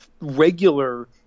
regular